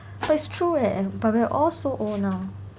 but it's true leh but we're all so old now